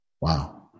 Wow